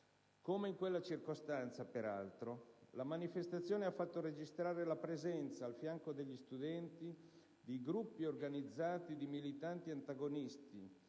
Come in quella circostanza, peraltro, la manifestazione ha fatto registrare la presenza, al fianco degli studenti, di gruppi organizzati di militanti antagonisti,